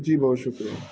جی بہت شکریہ